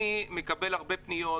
אני מקבל הרבה פניות,